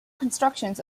constructions